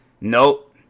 nope